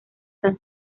san